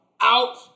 out